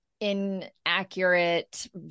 inaccurate